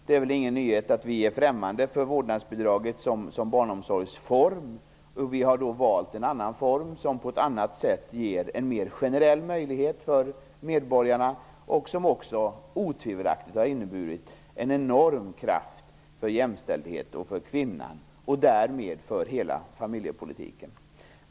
Det är väl ingen nyhet att vi är främmande för vårdnadsbidraget som barnomsorgsform, och vi har valt en annan form, som ger en mer generell möjlighet för medborgarna och som otvivelaktigt också har inneburit en enorm kraft för jämställdhet och för kvinnan och därmed för hela familjepolitiken.